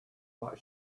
what